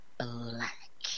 black